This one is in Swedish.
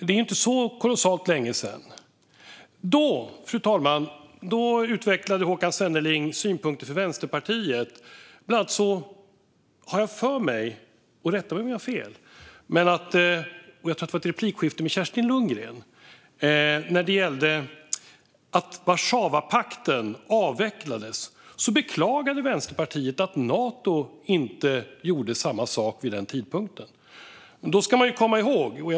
Det är inte kolossalt länge sedan. Då utvecklade Håkan Svenneling Vänsterpartiets synpunkter. Jag tror - rätta mig om jag har fel - att det var i ett replikskifte med Kerstin Lundgren om att Warszawapakten avvecklades som Vänsterpartiet beklagade att Nato inte gjorde samma sak vid samma tidpunkt. Jag ser att det sitter en skolklass på läktaren.